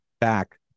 back